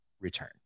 return